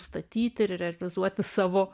statyti ir realizuoti savo